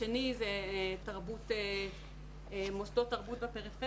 השני זה מוסדות תרבת בפריפריה,